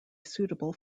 suitable